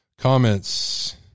Comments